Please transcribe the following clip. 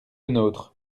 nôtre